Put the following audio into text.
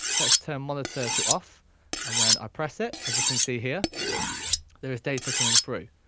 let's turn monitor to off and when i press it as you can see here there is data coming through.